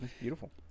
Beautiful